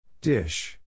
Dish